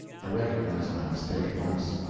i recognized my mistake at once.